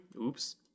Oops